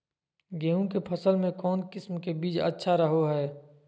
गेहूँ के फसल में कौन किसम के बीज अच्छा रहो हय?